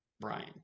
brian